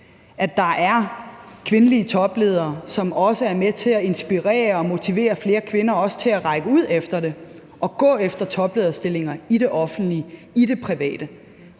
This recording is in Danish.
at der er kvindelige topledere, som også er med til at inspirere og motivere flere kvinder til at række ud efter det og gå efter toplederstillinger i det offentlige og i det private